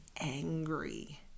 angry